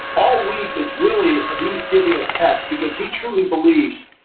all week is really he's giving a test because he truly believes